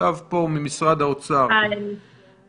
נכתב כך בדף המוזמנים.